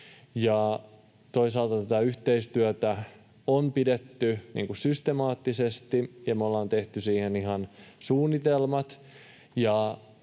toisaalta tätä yhteistyötä on pidetty systemaattisesti ja me ollaan tehty siihen ihan suunnitelmat.